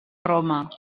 roma